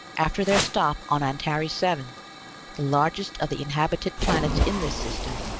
after their stop on antares seven the largest of the inhabited planets in this system,